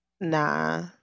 nah